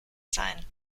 sein